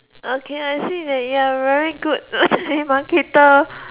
okay I say that you are very good telemarketer